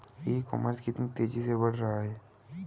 ई commerce कितनी तेजी से बढ़ रहा है?